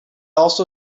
also